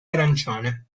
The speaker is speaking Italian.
arancione